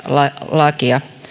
lakia